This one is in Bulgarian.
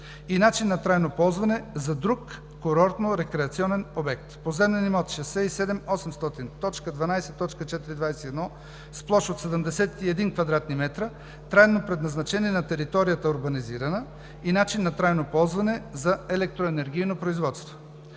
и начин на трайно ползване: за друг курортно-рекреационен обект. Поземлен имот № 67800.12.421 с площ от 71 кв. м, трайно предназначение на територията: урбанизирана, и начин на трайно ползване: за електроенергийно производство.